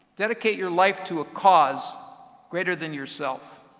dedicate your life to a cause greater than yourself,